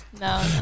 No